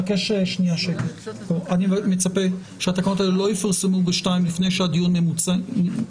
את התקנות האלה בשעה 14:00, לפני שהדיון מוצה.